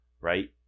right